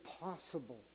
possible